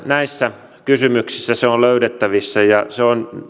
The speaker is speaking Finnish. näissä kysymyksissä se on löydettävissä ja se on